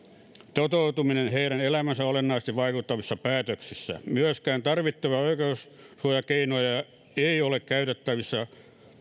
toteutuminen heidän elämäänsä olennaisesti vaikuttavissa päätöksissä myöskään tarvittavia oikeussuojakeinoja ei ole käyttävissä